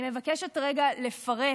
אני מבקשת רגע לפרט